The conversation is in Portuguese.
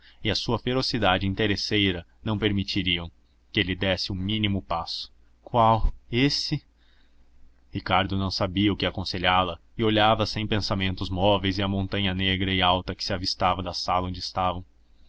e sua ferocidade interesseira não permitiriam que ele desse o mínimo passo qual esse ricardo não sabia o que aconselhá la e olhava sem pensamentos os móveis e a montanha negra e alta que se avistava da sala onde estavam